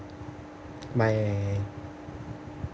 my